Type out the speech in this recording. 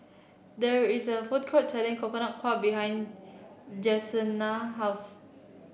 there is a food court selling Coconut Kuih behind Janessa house